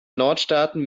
nordstaaten